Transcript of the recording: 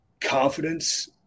confidence